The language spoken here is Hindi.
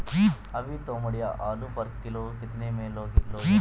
अभी तोमड़िया आलू पर किलो कितने में लोगे?